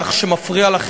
חוק של אופוזיציה,